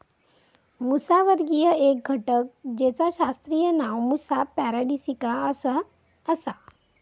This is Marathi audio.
मुसावर्गीय एक घटक जेचा शास्त्रीय नाव मुसा पॅराडिसिका असा आसा